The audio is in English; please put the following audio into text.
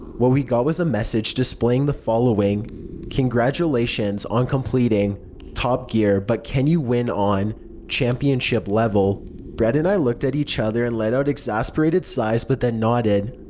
what we got was a message displaying the following congratulations on completing top gear but can you win on championship level brett and i looked at each other and let out exasperated sighs but then nodded.